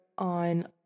on